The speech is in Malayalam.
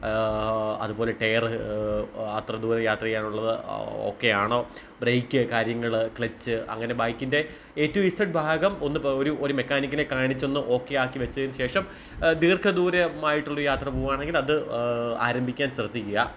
അതുപോലെ ടയർ അത്ര ദൂര യാത്ര ചെയ്യാനുള്ളത് ഓക്കെ ആണോ ബ്രേക്ക് കാര്യങ്ങൾ ക്ലച്ച് അങ്ങനെ ബൈക്കിൻ്റെ എ ടു ഇസഡ് ഭാഗം ഒന്ന് ഭ് ഒരു ഒരു മെക്കാനിക്കിനെ കാണിച്ചൊന്ന് ഓക്കെ ആക്കി വെച്ചതിനുശേഷം ദീർഘദൂരമായിട്ടുള്ള യാത്ര പോവാണെങ്കിൽ അത് ആരംഭിക്കാൻ ശ്രദ്ധിക്കുക